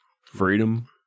Freedom